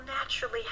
naturally